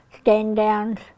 stand-downs